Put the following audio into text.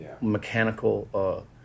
mechanical